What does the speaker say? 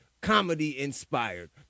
comedy-inspired